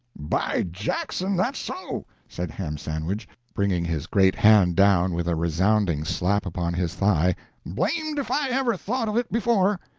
by jackson, that's so! said ham sandwich, bringing his great hand down with a resounding slap upon his thigh blamed if i ever thought of it before.